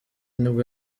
nibwo